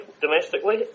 domestically